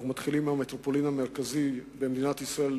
אנחנו מתחילים היום את המטרופולין המרכזית במדינת ישראל,